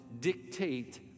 dictate